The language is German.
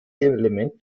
element